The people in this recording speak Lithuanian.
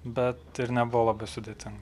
bet ir nebuvo labai sudėtinga